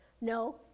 No